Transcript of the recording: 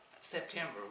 September